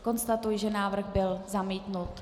Konstatuji, že návrh byl zamítnut.